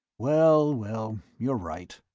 well, well, you're right,